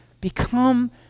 Become